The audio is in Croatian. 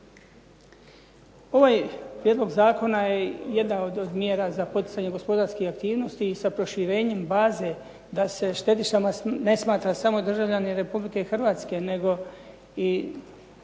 Ovaj prijedlog zakona je jedna od mjera za poticanje gospodarske aktivnosti i sa proširenjem baze da se štedišama ne smatra samo državljanin Republike Hrvatske nego i